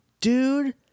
Dude